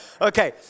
Okay